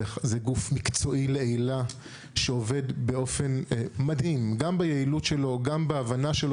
זה גוף מקצועי לעילא שעובד באופן מדהים ביעילות שלו ובהבנה שלו